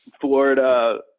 Florida